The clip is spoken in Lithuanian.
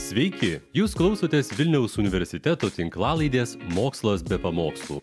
sveiki jūs klausotės vilniaus universiteto tinklalaidės mokslas be pamokslų